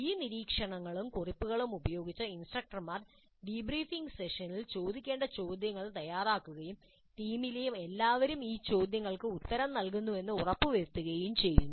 ഈ നിരീക്ഷണങ്ങളും കുറിപ്പുകളും ഉപയോഗിച്ച് ഇൻസ്ട്രക്ടർമാർ ഡീബ്രീഫിംഗ് സെഷനിൽ ചോദിക്കേണ്ട ചോദ്യങ്ങൾ തയ്യാറാക്കുകയും ടീമിലെ എല്ലാവരും ഈ ചോദ്യങ്ങൾക്ക് ഉത്തരം നൽകുന്നുവെന്ന് ഉറപ്പാക്കുകയും ചെയ്യുന്നു